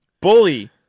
Bully